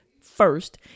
first